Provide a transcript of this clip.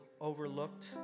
overlooked